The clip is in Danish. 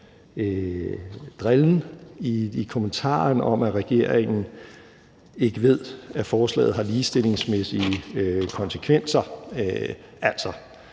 – i form af kommentaren om, at regeringen ikke ved, at forslaget har ligestillingsmæssige konsekvenser.